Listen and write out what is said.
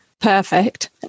perfect